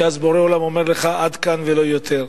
שאז בורא עולם אומר לך: עד כאן ולא יותר.